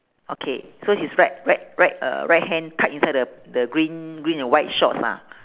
okay so his right right right uh right hand tuck inside the the green green and white shorts ah